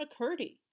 McCurdy